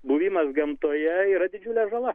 buvimas gamtoje yra didžiulė žala